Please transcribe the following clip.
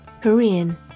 Korean